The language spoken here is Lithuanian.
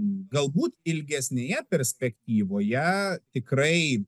galbūt ilgesnėje perspektyvoje tikrai